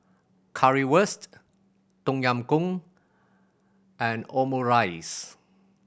Currywurst Tom Yam Goong and Omurice